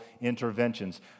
interventions